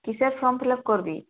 কিসের form fill up করবি